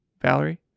Valerie